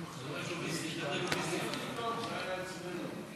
זה היה אצלנו.